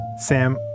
Sam